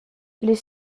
les